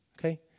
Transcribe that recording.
okay